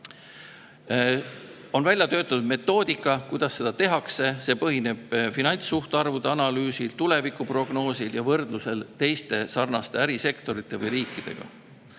On välja töötatud metoodika, kuidas seda tehakse. See põhineb finantssuhtarvude analüüsil, tulevikuprognoosil ja võrdlusel teiste sarnaste ärisektorite või riikidega.